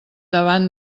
davant